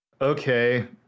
okay